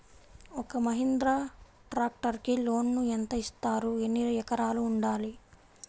ఒక్క మహీంద్రా ట్రాక్టర్కి లోనును యెంత ఇస్తారు? ఎన్ని ఎకరాలు ఉండాలి?